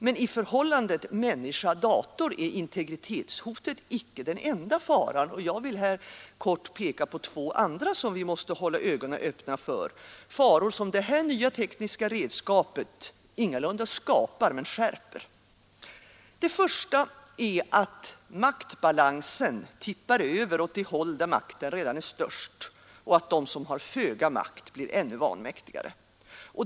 Men i förhållandet människa—dator är integritetshotet inte den enda faran. Jag vill här kort peka på två andra faror som vi måste hålla ögonen öppna för, faror som detta nya tekniska redskap ingalunda skapar, men skärper. Den första är att maktbalansen tippar över åt det håll där makten redan är störst och att de som har föga makt blir ännu vanmäktigare.